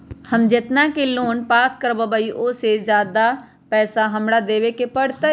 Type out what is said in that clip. हम जितना के लोन पास कर बाबई ओ से ज्यादा पैसा हमरा देवे के पड़तई?